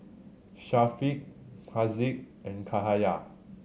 Syafiq Haziq and Cahaya